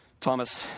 Thomas